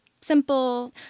simple